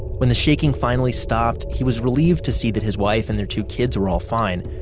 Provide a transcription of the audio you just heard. when the shaking finally stopped, he was relieved to see that his wife and their two kids were all fine,